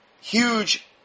huge